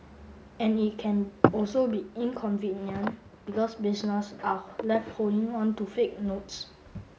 and it can also be inconvenient because businesses are left holding on to fake notes